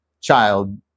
child